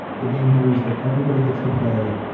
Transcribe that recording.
the game here is that everybody gets to play.